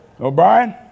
O'Brien